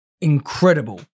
incredible